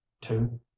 two